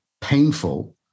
painful